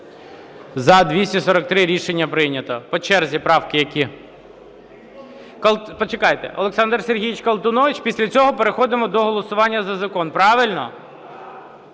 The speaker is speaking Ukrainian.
За-243 Рішення прийнято. По черзі правки які? Почекайте. Олександр Сергійович Колтунович. Після цього переходимо до голосування за закон. Правильно?